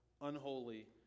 unholy